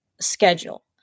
schedule